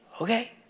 Okay